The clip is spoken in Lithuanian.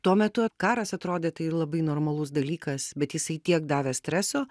tuo metu karas atrodė tai labai normalus dalykas bet jisai tiek davė streso